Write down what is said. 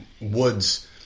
woods